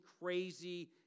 crazy